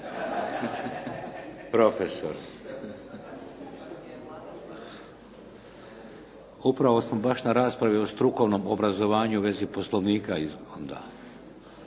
Profesor? Upravo smo baš na raspravi o strukovnom obrazovanju u vezi Poslovnika